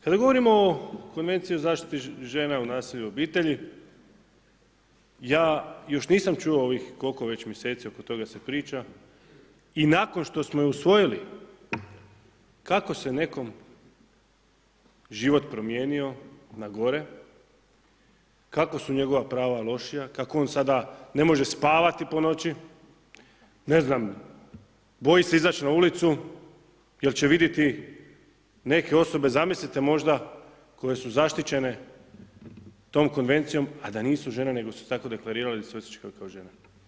Kad govorimo o Konvenciji o zaštiti žena i nasilja u obitelji, ja još nisam čuo ovih, koliko već mjeseci oko toga se priča i nakon što smo je usvojili, kako se nekom život promijenio na gore, kako su njegova prava lošija, kako on sada ne može spavati po noći, ne znam boji se izaći na ulicu jel' će vidjeti neke osobe, zamislite možda koje su zaštićene tom konvencijom a da nisu žene nego su se tako deklarirali jer se osjećaju kao žena.